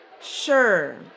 sure